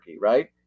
right